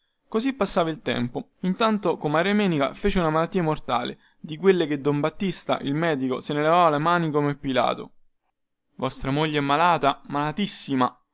così passava il tempo intanto comare menica fece una malattia mortale di quelle che don battista il medico se ne lavava le mani come pilato vostra moglie è malata malatissima